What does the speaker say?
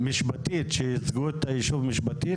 נציגים שייצגו את היישוב משפטית?